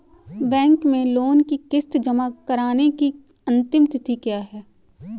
Bank में loan की किश्त जमा कराने की अंतिम तिथि क्या है?